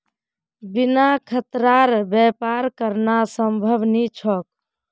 बिना खतरार व्यापार करना संभव नी छोक